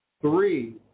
Three